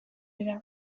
dira